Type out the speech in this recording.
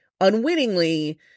unwittingly